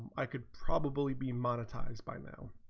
i could probably be monetized by man